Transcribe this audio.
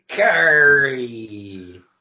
Curry